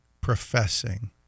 professing